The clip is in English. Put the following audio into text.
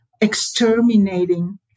exterminating